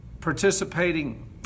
participating